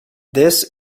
this